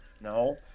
No